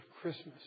Christmas